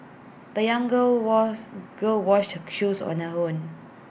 the young girl was girl washed her shoes on her own